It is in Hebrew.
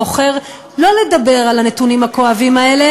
בוחר לא לדבר על הנתונים הכואבים האלה